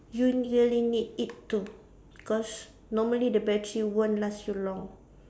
you really need it to because normally the battery won't last you long